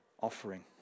offering